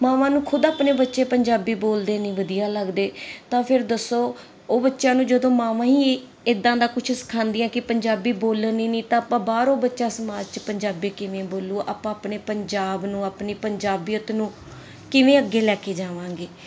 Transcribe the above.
ਮਾਵਾਂ ਨੂੰ ਖੁਦ ਆਪਣੇ ਬੱਚੇ ਪੰਜਾਬੀ ਬੋਲਦੇ ਨੀ ਵਧੀਆ ਲੱਗਦੇ ਤਾਂ ਫਿਰ ਦੱਸੋ ਉਹ ਬੱਚਿਆਂ ਨੂੰ ਜਦੋਂ ਮਾਵਾਂ ਹੀ ਇਦਾਂ ਦਾ ਕੁਝ ਸਿਖਾਉਂਦੀ ਆ ਕਿ ਪੰਜਾਬੀ ਬੋਲਣ ਹੀ ਨਹੀਂ ਤਾਂ ਆਪਾਂ ਬਾਹਰੋਂ ਬੱਚਾ ਸਮਾਜ ਚ ਪੰਜਾਬੀ ਕਿਵੇਂ ਬੋਲੂ ਆਪਾਂ ਆਪਣੇ ਪੰਜਾਬ ਨੂੰ ਆਪਣੀ ਪੰਜਾਬੀਅਤ ਨੂੰ ਕਿਵੇਂ ਅੱਗੇ ਲੈ ਕੇ ਜਾਵਾਂਗੇ